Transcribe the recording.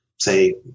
say